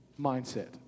mindset